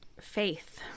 faith